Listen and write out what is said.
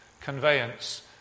conveyance